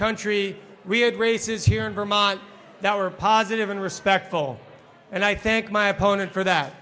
country we had races here in vermont that were positive and respectful and i thank my opponent for that